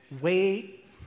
Wait